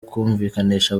kumvikanisha